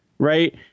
Right